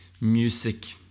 music